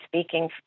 speaking